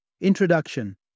Introduction